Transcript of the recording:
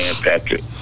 Patrick